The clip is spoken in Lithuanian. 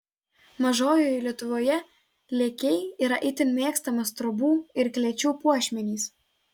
mažojoje lietuvoje lėkiai yra itin mėgstamas trobų ir klėčių puošmenys